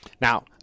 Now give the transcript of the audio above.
Now